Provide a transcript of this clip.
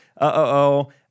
uh-oh